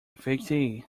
fatigue